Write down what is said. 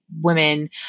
women